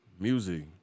Music